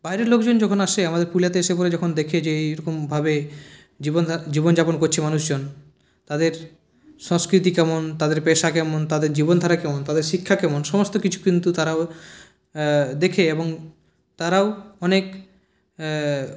বাইরের লোক যখন আসে আমাদের পুরুলিয়াতে এসে পরে যখন দেখে যে এইরকমভাবে জীবন জীবন যাপন করছে মানুষজন তাদের সংস্কৃতি কেমন তাদের পেশা কেমন তাদের জীবনধারা কেমন তাদের শিক্ষা কেমন সমস্ত কিছু কিন্তু তারাও দেখে এবং তারাও অনেক